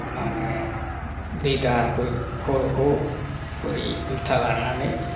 मा होनो दै दाहारखौ खर'खौ ओरै उल्था लानानै